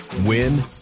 win